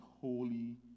holy